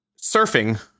surfing